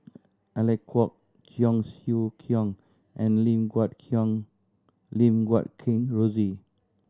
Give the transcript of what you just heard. Alec Kuok Cheong Siew Keong and Lim Guat Qiang Lim Guat Kheng Rosie